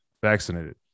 vaccinated